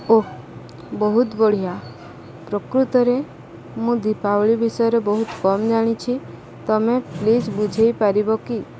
ଓଃ ବହୁତ ବଢ଼ିଆ ପ୍ରକୃତରେ ମୁଁ ଦୀପାବଳି ବିଷୟରେ ବହୁତ କମ୍ ଜାଣିଛି ତୁମେ ପ୍ଲିଜ୍ ବୁଝାଇ ପାରିବ କି